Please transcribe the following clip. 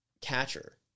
catcher